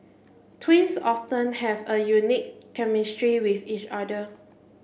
twins often have a unique chemistry with each other